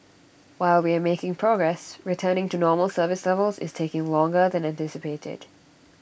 while we are making progress returning to normal service levels is taking longer than anticipated